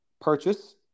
purchase